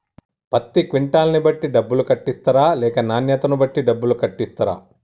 పత్తి క్వింటాల్ ను బట్టి డబ్బులు కట్టిస్తరా లేక నాణ్యతను బట్టి డబ్బులు కట్టిస్తారా?